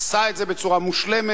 עשה את זה בצורה מושלמת,